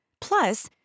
Plus